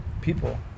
People